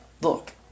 look